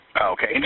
Okay